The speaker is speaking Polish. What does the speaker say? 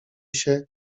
się